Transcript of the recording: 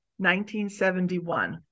1971